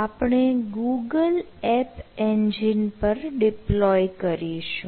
આપણે Google app engine પર deploy કરીશું